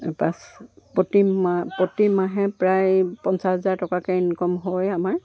পাছ প্ৰতি মাহ প্ৰতি মাহে প্ৰায় পঞ্চাছ হাজাৰ টকাকৈ ইনকাম হৈ আমাৰ